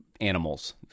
animals